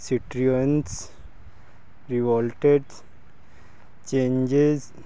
ਸਿਟਰੀਅਨਸ revolted changes